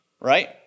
right